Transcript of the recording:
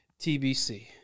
TBC